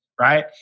right